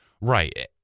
Right